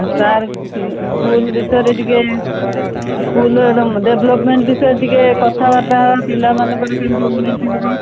sir school ବିଷୟରେ ଟିକେ school development ବିଷୟରେ ଟିକେ କଥାବାର୍ତ୍ତା ପିଲାମାନଙ୍କର କେମିତି ଉନ୍ନତି ହେବ